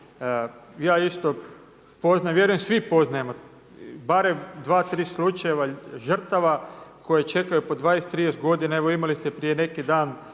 Ja isto poznajem, vjerujem svi poznajemo barem dva, tri slučaja žrtava koje čekaju po 20, 30 godina.